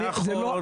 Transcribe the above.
נכון.